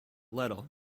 letter